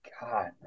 God